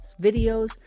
videos